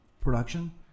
production